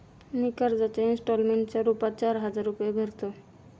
मी कर्जाच्या इंस्टॉलमेंटच्या रूपात चार हजार रुपये भरतो